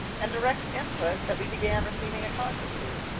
and direct input that we began receiving at conferences.